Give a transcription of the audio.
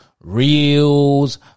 Reels